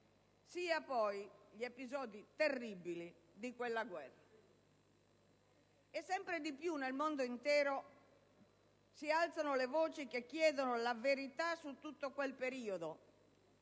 agli episodi terribili di quella guerra. E sempre di più, nel mondo intero, si alzano le voci che chiedono la verità su tutto quel periodo,